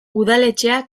udaletxea